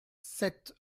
sept